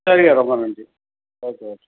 சரிங்க ரொம்ப நன்றி ஓகே ஓகே